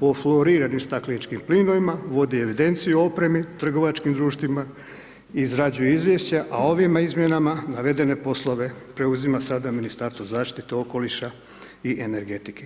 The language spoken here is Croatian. o floriranim stakleničkim plinovima, vodi evidenciju opreme, trgovačkim društvima, izrađuje izvješća, a ovim izmjenama navedene poslove preuzima sada Ministarstvo zaštite okoliša i energetike.